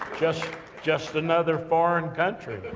just just another foreign country.